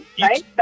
right